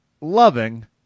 loving